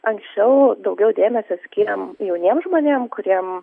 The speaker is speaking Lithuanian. anksčiau daugiau dėmesio skyrėm jauniem žmonėm kuriem